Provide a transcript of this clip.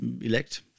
elect